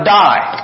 die